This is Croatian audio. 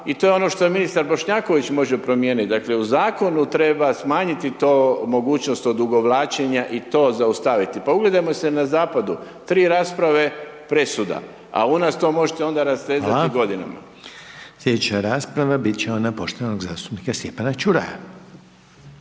i to je ono što i ministar Bošnjaković može promijeniti, dakle, u zakonu treba smanjiti to mogućnost odugovlačenja i to zaustaviti. Pa ugledajmo se na zapadu, tri rasprave, presuda, a u nas to možete onda rastezati godinama. **Reiner, Željko (HDZ)** Hvala. Sljedeća rasprava biti će ona poštovanog zastupnika Stjepana Čuraja.